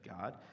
God